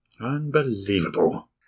Unbelievable